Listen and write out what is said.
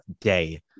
day